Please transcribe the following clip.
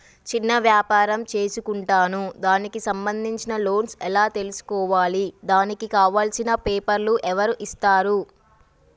చిన్న వ్యాపారం చేసుకుంటాను దానికి సంబంధించిన లోన్స్ ఎలా తెలుసుకోవాలి దానికి కావాల్సిన పేపర్లు ఎవరిస్తారు?